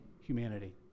humanity